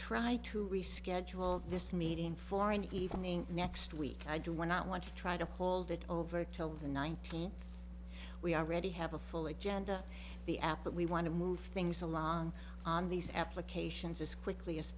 try to reschedule this meeting for an evening next week i do not want to try to hold it over till the nineteenth we already have a full agenda the app but we want to move things along on these applications as quickly as